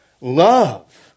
love